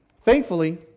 Thankfully